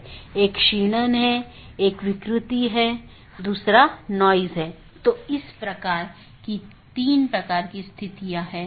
और EBGP में OSPF इस्तेमाल होता हैजबकि IBGP के लिए OSPF और RIP इस्तेमाल होते हैं